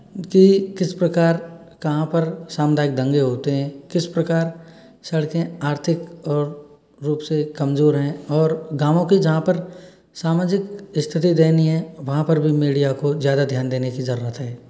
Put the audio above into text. कि किस प्रकार कहाँ पे सामुदायिक दंगे होते हैं किस प्रकार सड़के आर्थिक और रूप से कमजोर हैं और गांवो के जहाँ पर सामाजिक स्थिति दयनीय है वहाँ पर भी मीडिया को ज़्यादा ध्यान देने की जरूरत है